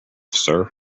sir